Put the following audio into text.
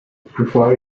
prefer